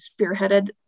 spearheaded